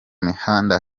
mihanda